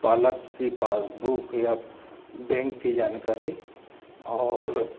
पालक की पासबुक या बेंक की जानकारी और